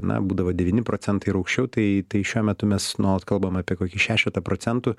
na būdavo devyni procentai ir aukščiau tai tai šiuo metu mes nuolat kalbam apie kokį šešetą procentų